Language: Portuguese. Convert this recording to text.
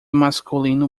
masculino